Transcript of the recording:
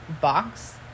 box